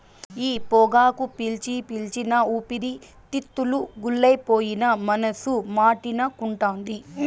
ఈ పొగాకు పీల్చి పీల్చి నా ఊపిరితిత్తులు గుల్లైపోయినా మనసు మాటినకుంటాంది